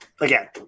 again